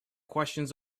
questions